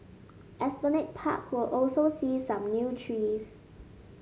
Esplanade Park will also see some new trees